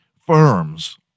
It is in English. firms